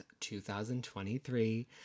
2023